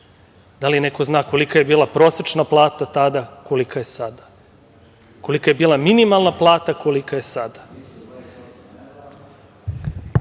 Da li neko zna kolika je bila prosečna plata tada, a kolika je sada? Kolika je bila minimalna plata, kolika je sada? Ovde